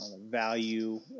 value